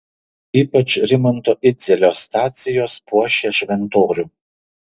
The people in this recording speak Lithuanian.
ypač rimanto idzelio stacijos puošia šventorių